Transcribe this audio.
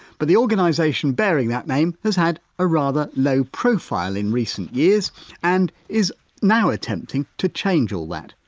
but the organisation bearing that name has had a rather low profile in recent years and is now attempting to change all that.